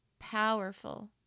powerful